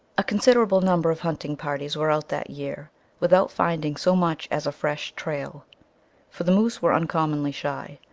a considerable number of hunting parties were out that year without finding so much as a fresh trail for the moose were uncommonly shy,